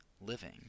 living